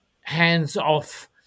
hands-off